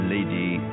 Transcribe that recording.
Lady